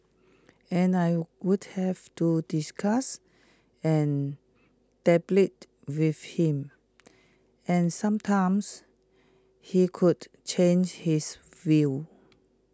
and I would have to discuss and with him and sometimes he could change his view